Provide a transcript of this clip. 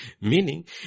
meaning